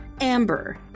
Amber